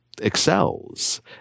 excels